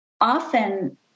often